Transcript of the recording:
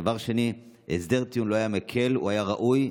דבר שני, הסדר הטיעון לא היה מקל, הוא היה ראוי.